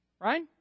Right